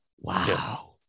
wow